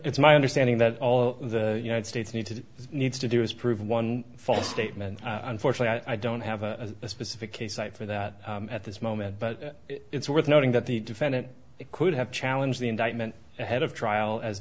it's my understanding that all the united states need to needs to do is prove one false statement unfortunately i don't have a specific a cite for that at this moment but it's worth noting that the defendant could have challenge the indictment ahead of trial as